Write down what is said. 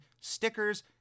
stickers